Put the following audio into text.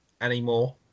anymore